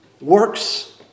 Works